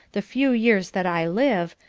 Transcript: the few years that i live,